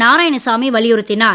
நாராயணசாமி வலியுறுத்தினார்